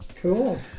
Cool